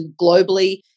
globally